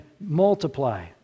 multiply